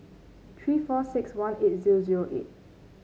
three four six one eight zero zero nine